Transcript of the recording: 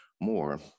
more